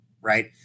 right